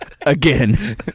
again